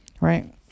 Right